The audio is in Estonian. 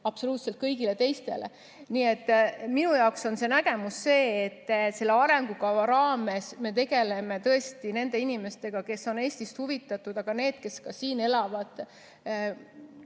absoluutselt kõigile teistele. Nii et minu nägemus on see, et selle arengukava raames me tegeleme tõesti nende inimestega, kes on Eestist huvitatud, aga ka nendega, kes siin elavad,